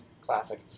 Classic